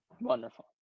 wonderful